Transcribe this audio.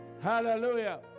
hallelujah